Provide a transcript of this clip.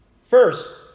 first